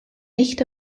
nicht